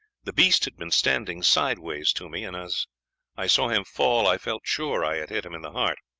the beast had been standing sideways to me, and as i saw him fall i felt sure i had hit him in the heart.